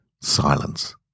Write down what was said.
silence